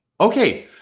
okay